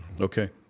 Okay